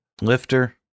Lifter